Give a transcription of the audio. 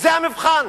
וזה המבחן.